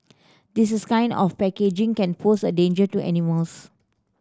this is kind of packaging can pose a danger to animals